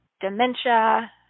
dementia